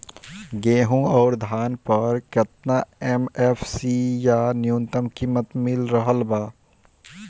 गेहूं अउर धान पर केतना एम.एफ.सी या न्यूनतम कीमत मिल रहल बा?